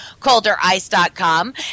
colderice.com